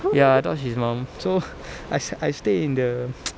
ya I dodged his mum so I s~ I stay in the